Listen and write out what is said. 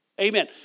Amen